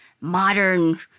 modern